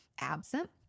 absent